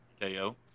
KO